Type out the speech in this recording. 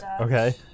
Okay